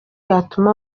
yatuma